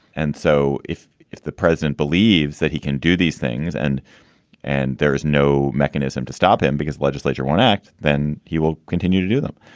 and so if if the president believes that he can do these things and and there is no mechanism to stop him because legislature won't act, then he will continue to do them.